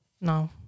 No